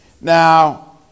Now